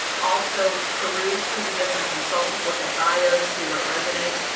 also, peruse through the different consultants. look at bios, see what resonates.